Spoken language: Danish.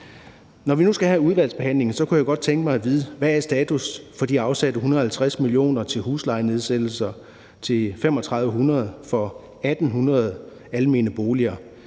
Når vi nu skal have udvalgsbehandlingen, kunne jeg godt tænke mig at vide, hvad status er for de afsatte 150 mio. kr. til huslejenedsættelser til 3.500 kr. for 1.800 almene boliger.